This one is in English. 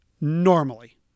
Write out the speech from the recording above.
normally